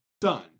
done